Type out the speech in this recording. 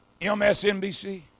MSNBC